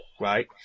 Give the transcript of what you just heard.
right